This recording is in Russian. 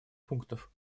пунктов